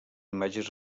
imatges